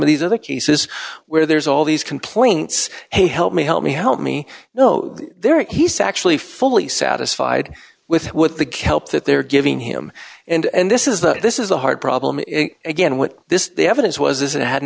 of these other cases where there's all these complaints hey help me help me help me know there are he's actually fully satisfied with what the kelp that they're giving him and this is the this is a hard problem again what this evidence was is it had